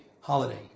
holiday